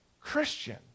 Christian